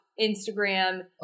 Instagram